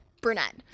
brunette